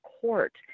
court